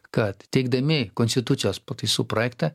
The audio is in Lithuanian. kad teikdami konstitucijos pataisų projektą